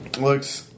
looks